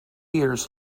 years